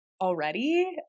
already